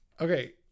Okay